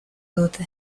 dute